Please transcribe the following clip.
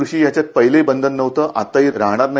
कृषी याच्यात पहिलेही बंधन नव्हतं आताही राहणार नाही